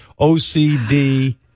OCD